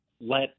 let